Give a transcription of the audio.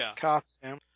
costume